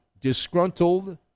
Disgruntled